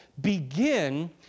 begin